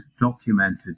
documented